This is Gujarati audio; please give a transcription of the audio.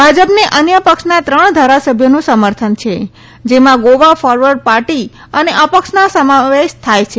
ભાજ ને અન્ય ક્ષના ત્રણ ધારાસભ્યોનું સમર્થન છે જેમાં ગોવા ફોર્વડ ાર્ટી અને અ ક્ષનો સમાવેશ થાય છે